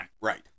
Right